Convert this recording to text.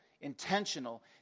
intentional